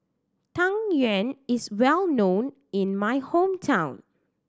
Tang Yuen is well known in my hometown